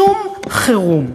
שום חירום.